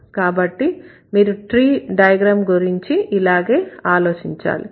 కాబట్టి మీరు tree diagram గురించి ఇలాగే ఆలోచించాలి